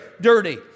dirty